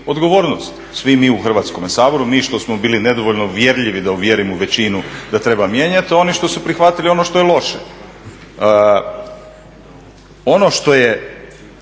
odgovornost, svi mi u Hrvatskome saboru, mi što smo bili nedovoljno uvjerljivi da uvjerimo većinu da treba mijenjati. Oni što su prihvatili ono što je loše. Ono što je,